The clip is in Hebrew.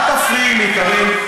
אל תפריעי לי, קארין.